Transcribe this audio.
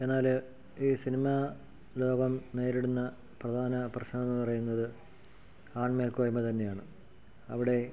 എന്നാൽ ഈ സിനിമാ ലോകം നേരിടുന്ന പ്രധാന പ്രശ്നം എന്നു പറയുന്നത് ആൺമേൽ കോയ്മ തന്നെയാണ് അവിടെ